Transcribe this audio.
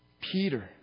Peter